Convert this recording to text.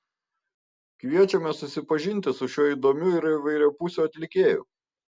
kviečiame susipažinti su šiuo įdomiu ir įvairiapusiu atlikėju